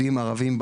עוטף עזה,